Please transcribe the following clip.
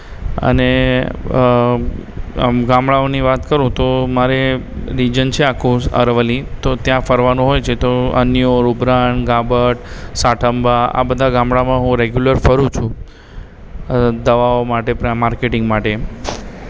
અને આમ ગામડાઓની વાત કરું તો મારે ડીવિઝન છે આ અરવલ્લી તો ત્યાં ફરવાનું હોય છે તો અનીયોલ ઉભરાન ગાભટ સાઠંબા આ બધા ગામડાઓમાં હું રેગ્યુલર ફરું છું દવાઓ માટે પ્રા માર્કેટિંગ માટે